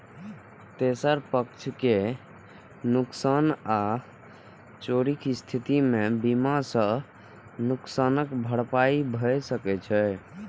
तेसर पक्ष के नुकसान आ चोरीक स्थिति मे बीमा सं नुकसानक भरपाई भए सकै छै